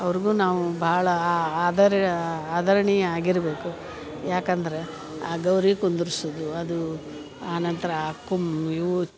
ಅವ್ರಿಗೂ ನಾವು ಬಹಳ ಆದಾರ್ಯ ಆದರಣೀಯ ಆಗಿರಬೇಕು ಯಾಕಂದರೆ ಆ ಗೌರಿ ಕುಂದುರ್ಸುದು ಅದು ಆ ನಂತರ ಆ ಕುಮ್ ಯು